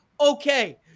okay